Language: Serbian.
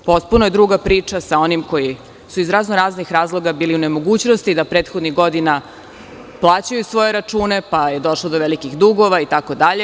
Potpuno je druga priča sa onim koji su iz raznoraznih razloga bili u nemogućnosti da prethodnih godina plaćaju svoje račune, pa je došlo do velikih dugova, itd.